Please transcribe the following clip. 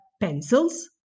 pencils